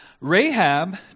Rahab